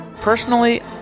Personally